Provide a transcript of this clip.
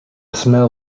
smell